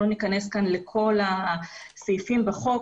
אנחנו לא ניכנס כאן לכל הסעיפים בחוק,